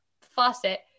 faucet